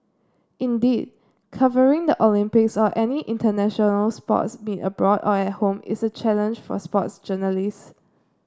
indeed covering the Olympics or any international sports meet abroad or at home is a challenge for sports journalists